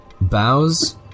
bows